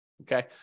Okay